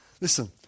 Listen